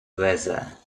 weather